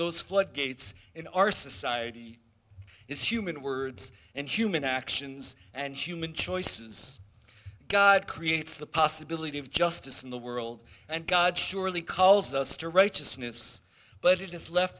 those floodgates in our society it's human words and human actions and human choices god creates the possibility of justice in the world and god surely calls us to righteousness but it is left